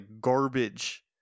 garbage